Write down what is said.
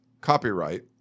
copyright